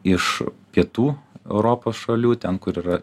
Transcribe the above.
iš kitų europos šalių ten kur yra